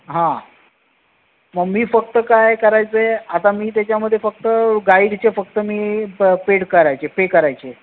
हां मग मी फक्त काय करायचं आहे आता मी त्याच्यामध्ये फक्त गाईडचे फक्त मी प पेड करायचे पे करायचे